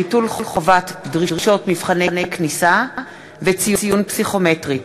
ביטול חובת דרישות מבחני כניסה וציון פסיכומטרי),